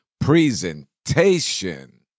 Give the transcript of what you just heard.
presentation